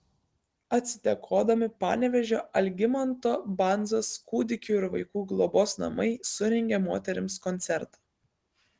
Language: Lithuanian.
atsidėkodami panevėžio algimanto bandzos kūdikių ir vaikų globos namai surengė moterims koncertą